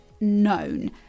known